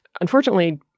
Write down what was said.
Unfortunately